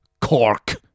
Cork